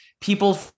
People